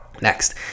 Next